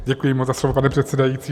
Děkuji moc za slovo, pane předsedající.